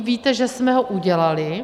Víte, že jsme ho udělali.